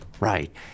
Right